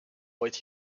ooit